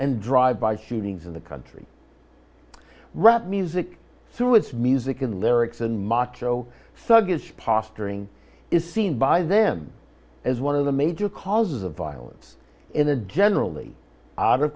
and drive by shootings in the country rap music through its music and lyrics and macho thuggish posturing is seen by them as one of the major causes of violence in a generally o